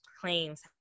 claims